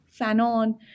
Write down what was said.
Fanon